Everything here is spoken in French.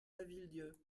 lavilledieu